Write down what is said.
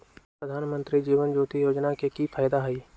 प्रधानमंत्री जीवन ज्योति योजना के की फायदा हई?